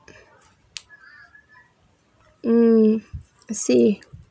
mm I see